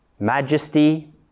majesty